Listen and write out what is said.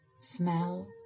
Smell